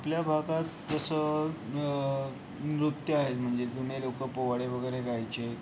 आपल्या भागात जसं नृत्य आहे म्हणजे जुने लोकं पोवाडे वगैरे गायचे